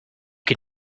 can